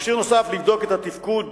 מכשיר נוסף לבדוק את התפקוד